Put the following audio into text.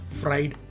fried